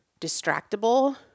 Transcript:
distractible